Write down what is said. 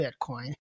Bitcoin